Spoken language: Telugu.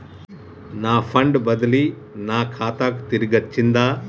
నా ఫండ్ బదిలీ నా ఖాతాకు తిరిగచ్చింది